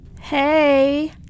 Hey